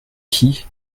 qui